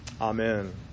Amen